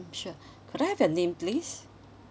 sure could I have your name please